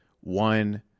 one